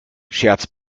scherz